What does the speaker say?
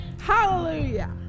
Hallelujah